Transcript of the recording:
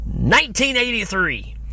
1983